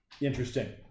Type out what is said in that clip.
interesting